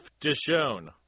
Dishon